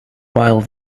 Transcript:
while